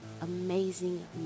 amazing